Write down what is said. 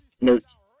notes